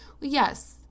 Yes